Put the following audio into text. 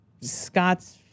Scott's